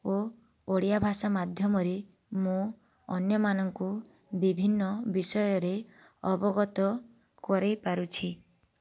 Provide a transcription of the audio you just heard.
ଓ ଓଡ଼ିଆ ଭାଷା ମାଧ୍ୟମରେ ମୁଁ ଅନ୍ୟମାନଙ୍କୁ ବିଭିନ୍ନ ବିଷୟରେ ଅବଗତ କରେଇ ପାରୁଛି